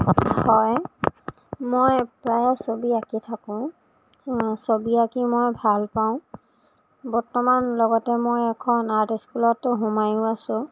হয় মই প্ৰায় ছবি আঁকি থাকোঁ ছবি আঁকি মই ভাল পাওঁ বৰ্তমান লগতে মই এখন আৰ্ট ইস্কুলতো সোমাইয়ো আছোঁ